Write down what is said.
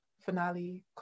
finale